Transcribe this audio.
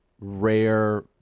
rare